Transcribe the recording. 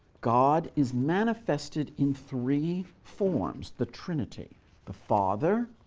god is manifested in three forms the trinity the father,